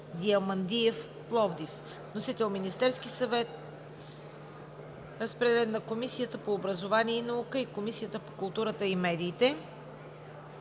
Диамандиев“ – Пловдив. Вносител – Министерският съвет. Разпределен е на Комисията по образование и наука и на Комисията по културата и медиите;